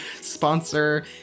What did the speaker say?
sponsor